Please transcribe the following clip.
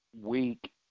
week